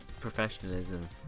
professionalism